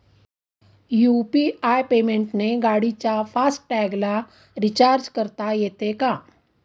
UPI पेमेंटने गाडीच्या fast टॅगला रिर्चाज करता येते का?